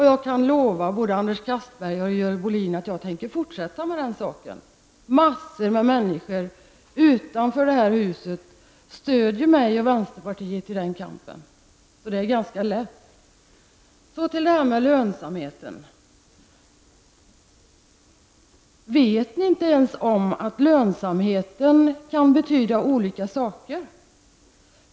Jag kan lova både Anders Castberger och Görel Bohlin att jag tänker fortsätta med det. Många människor utanför det här huset stödjer mig och vänsterpartiet i den kampen, så det är ganska lätt. Sedan till detta med lönsamhet. Vet ni inte ens att lönsamhet kan betyda olika saker?